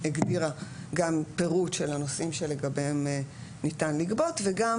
הגדירה גם פירוט של הנושאים שלגביהם ניתן לגבות וגם